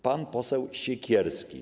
Pan poseł Siekierski.